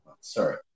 Sorry